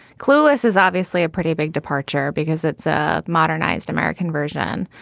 clueless is obviously a pretty big departure because it's a modernised american version.